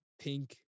pink